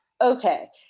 okay